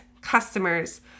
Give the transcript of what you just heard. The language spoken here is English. customers